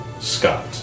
Scott